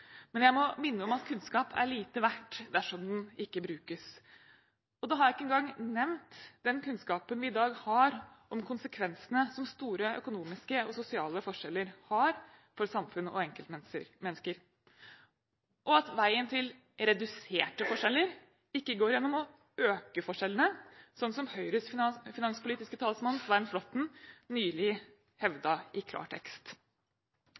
Men jeg må minne om at kunnskap er lite verdt dersom den ikke brukes, og da har jeg ikke engang nevnt den kunnskapen vi i dag har om konsekvensene som store økonomiske og sosiale forskjeller har for samfunn og enkeltmennesker, og at veien til reduserte forskjeller ikke går gjennom å øke forskjellene, slik som Høyres finanspolitiske talsmann, Svein Flåtten, nylig